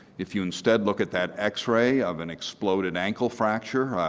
if you instead look at that x-ray of an excluded ankle fracture,